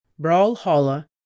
Brawlhalla